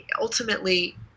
ultimately